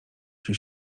się